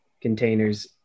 containers